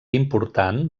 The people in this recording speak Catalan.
important